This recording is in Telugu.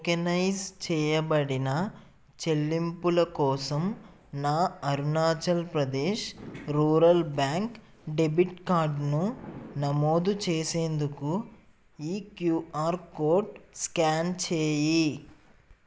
టోకెనైజ్ చేయబడిన చెల్లింపుల కోసం నా అరుణాచల్ప్రదేశ్ రూరల్ బ్యాంక్ డెబిట్ కార్డ్ను నమోదు చేసేందుకు ఈ క్యూఆర్ కోడ్ స్కాన్ చేయి